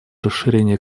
расширение